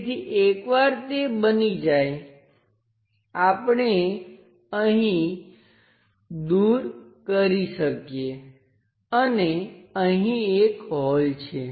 તેથી એકવાર તે બની જાય આપણે અહીં દૂર કરી શકીએ અને અહીં એક હોલ છે